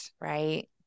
Right